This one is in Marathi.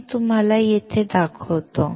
मी तुम्हाला ते येथे दाखवतो